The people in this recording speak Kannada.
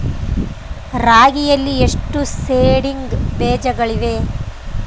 ರಾಗಿಯಲ್ಲಿ ಎಷ್ಟು ಸೇಡಿಂಗ್ ಬೇಜಗಳಿವೆ?